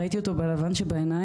ראיתי אותו בלבן של העיניים,